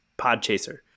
PodChaser